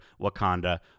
Wakanda